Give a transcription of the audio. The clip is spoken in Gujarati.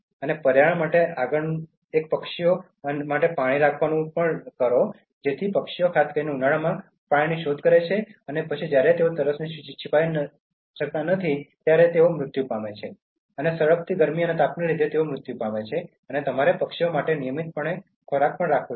અને પર્યાવરણ માટે પક્ષીઓ માટે પાણી રાખવાનું છે કારણ કે પક્ષીઓ ખાસ કરીને ઉનાળામાં પાણીની શોધ કરે છે અને પછી જ્યારે તેઓ તરસને છીપાવી શકતા નથી ત્યારે કેટલાક પક્ષીઓ સળગતી ગરમી અને તાપને લીધે મૃત્યુ પામે છે અને તમારે પક્ષીઓ માટે નિયમિતપણે ખોરાક પણ રાખવો જોઈએ